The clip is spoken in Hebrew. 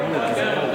מוותר.